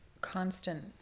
constant